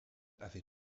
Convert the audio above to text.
avait